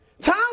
Tom